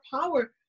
power